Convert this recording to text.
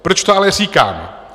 Proč to ale říkám?